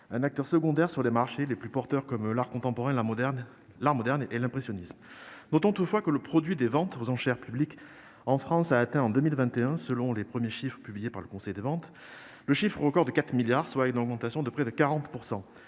un acteur secondaire sur les marchés les plus porteurs comme l'art contemporain, l'art moderne et l'impressionnisme. Notons toutefois que le produit des ventes aux enchères publiques en France a atteint en 2021, selon les premiers chiffres publiés par le Conseil des ventes, le montant record de 4 milliards d'euros, soit une augmentation de près de 40 %.